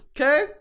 Okay